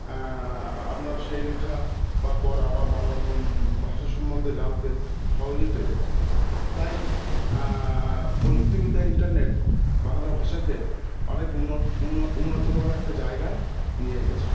আপনার সেই লেখা বা পড়া বাংলা ভাষা সম্বন্ধে জানতে সহজেই পেরে যায় তাই প্রযুক্তিবিদ্যায় ইন্টারনেট বাংলা ভাষাকে অনেক উন্নত উন্নততর একটা জায়গায় নিয়ে গেছে